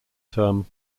term